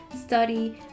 study